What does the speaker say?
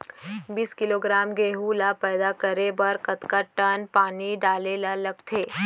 बीस किलोग्राम गेहूँ ल पैदा करे बर कतका टन पानी डाले ल लगथे?